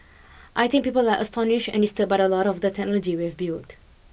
I think people are astonished and disturbed by a lot of the technology we have built